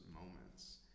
moments